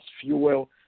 fuel